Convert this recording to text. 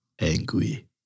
angry